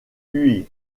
huy